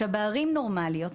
בערים נורמליות,